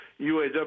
uaw